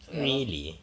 so ya lor